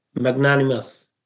magnanimous